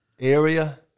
area